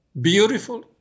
beautiful